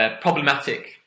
problematic